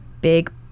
big